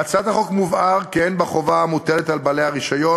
בהצעת החוק מובהר כי אין בחובה המוטלת על בעלי הרישיון